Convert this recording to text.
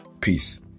Peace